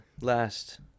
last